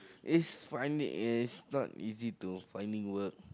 is finding is not easy to finding work